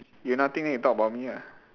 you nothing then you talk about me ah